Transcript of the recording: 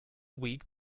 weak